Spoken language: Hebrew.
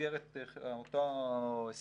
במסגרת אותו הסכם